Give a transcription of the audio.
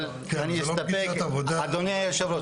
אבל אני אסתפק -- אדוני היושב ראש,